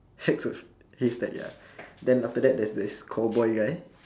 hacks of haystack ya then after that there's this cowboy guy